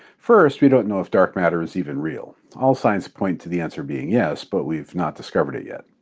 first, we don't know if dark matter is even real. all signs point to the answer being yes, but we've not discovered it yet.